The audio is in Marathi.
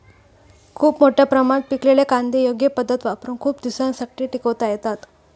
खूप मोठ्या प्रमाणात पिकलेले कांदे योग्य पद्धत वापरुन खूप दिवसांसाठी टिकवता येतात